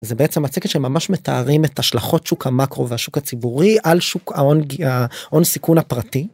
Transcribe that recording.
זה בעצם הצק שממש מתארים את השלכות שוק המקרו והשוק הציבורי על שוק ההון סיכון הפרטי.